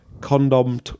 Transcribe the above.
Condom